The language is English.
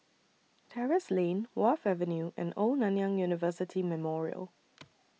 Terrasse Lane Wharf Avenue and Old Nanyang University Memorial